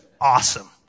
awesome